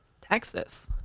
Texas